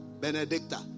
Benedicta